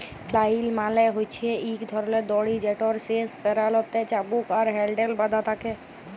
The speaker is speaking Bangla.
ফ্লাইল মালে হছে ইক ধরলের দড়ি যেটর শেষ প্যারালতে চাবুক আর হ্যাল্ডেল বাঁধা থ্যাকে